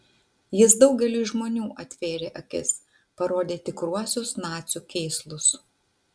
jis daugeliui žmonių atvėrė akis parodė tikruosius nacių kėslus